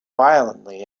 violently